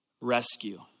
rescue